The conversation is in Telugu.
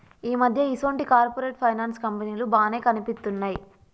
ఈ మధ్య ఈసొంటి కార్పొరేట్ ఫైనాన్స్ కంపెనీలు బానే కనిపిత్తున్నయ్